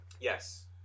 Yes